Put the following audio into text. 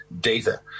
data